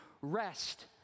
rest